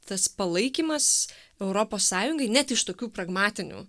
tas palaikymas europos sąjungai net iš tokių pragmatinių